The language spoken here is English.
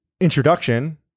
introduction